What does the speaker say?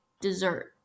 dessert